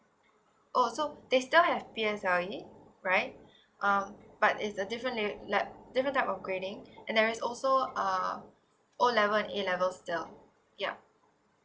oh so they still have P_S_L_E right um but it's a different li~ lev~ different type of grading and there is also uh O level and A levels still yup